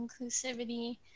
inclusivity